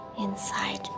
inside